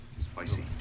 Spicy